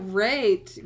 Great